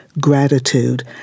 gratitude